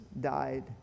died